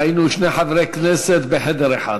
כשהיינו שני חברי כנסת בחדר אחד.